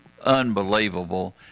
unbelievable